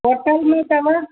bottle में अथव